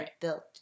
built